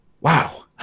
Wow